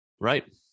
Right